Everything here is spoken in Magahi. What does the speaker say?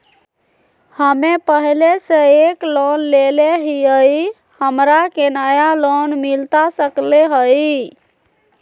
हमे पहले से एक लोन लेले हियई, हमरा के नया लोन मिलता सकले हई?